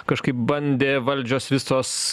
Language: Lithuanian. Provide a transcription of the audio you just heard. kažkaip bandė valdžios visos